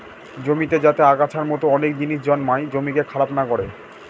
জমিতে যাতে আগাছার মতো অনেক জিনিস জন্মায় জমিকে খারাপ না করে